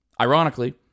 Ironically